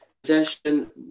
Possession